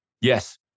Yes